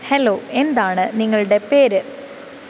hello എന്താണ് നിങ്ങളുടെ പേര്